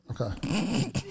Okay